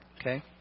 okay